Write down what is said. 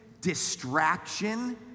distraction